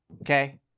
okay